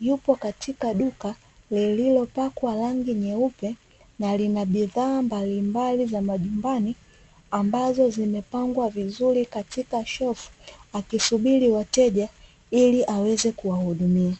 yupo katika duka lililopakwa rangi nyeupe na lina bidhaa mbalimbali za majumbani, ambazo zimepangwa vizuri katika shelfu akisubiri wateja ili aweze kuwahudumia.